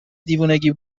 دیوونگی